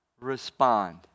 respond